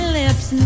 lips